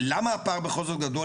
למה הפער בכל זאת גדול,